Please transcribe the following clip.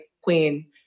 Queen